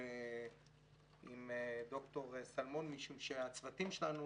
עם ד"ר סלמון משום שהצוותים שלנו